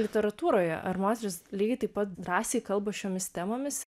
literatūroje ar moterys lygiai taip pat drąsiai kalba šiomis temomis